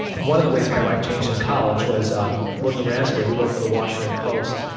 one of the ways my life changed in college was um william raspberry who wrote for the washington post.